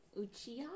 Uchiha